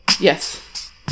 Yes